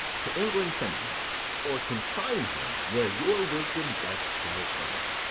to england send him or confine him where your wisdom best shall think.